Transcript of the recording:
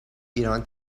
ایران